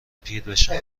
پیربشن